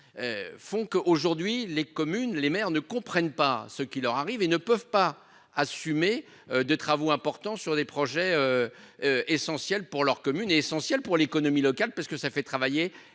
Font qu'aujourd'hui, les communes, les maires ne comprennent pas ce qui leur arrive et ne peuvent pas assumer de travaux importants sur des projets. Essentiels pour leur commune est essentielle pour l'économie locale parce que ça fait travailler